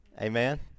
Amen